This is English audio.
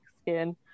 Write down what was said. skin